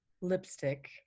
lipstick